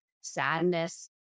sadness